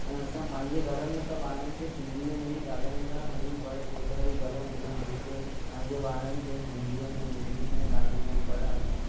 ऐं असां पंहिंजे घर में त ॿारनि खे सिंधीअ में ई ॻाल्हाईंदा आहियूं पर केतिरा ई घर हूंदा आहिनि जेके पंहिंजे ॿारनि खे हिंदीअ में इंग्लिश में ॻाल्हाईंदा आहिनि पर असां